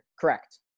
correct